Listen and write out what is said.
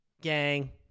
gang